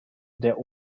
der